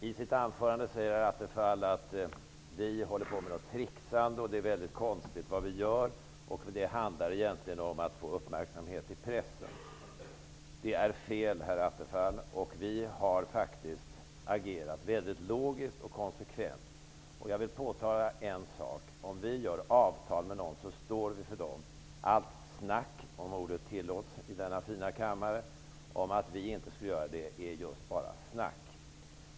I sitt anförande säger Stefan Attefall att Ny demokrati håller på med ett tricksande och att det vi gör är väldigt konstigt. Det handlar egentligen om att få uppmärksamhet i pressen. Det är fel, herr Attefall. Vi har faktiskt agerat mycket logiskt och konsekvent. Jag vill påpeka en sak. Om vi träffar avtal med någon så står vi för dem. Allt ''snack'' -- om ordet tillåts i denna fina kammare -- om att vi inte skulle göra det är just bara snack.